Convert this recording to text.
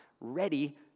ready